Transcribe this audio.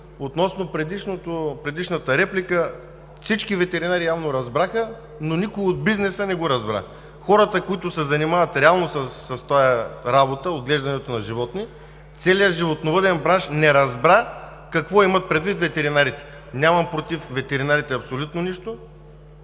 относно предишната реплика – всички ветеринари явно го разбраха, но никой от бизнеса не го разбра. Хората, които реално се занимават с тази работа – отглеждането на животни, целият животновъден бранш не разбра какво имат предвид ветеринарите. Нямам абсолютно нищо